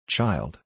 Child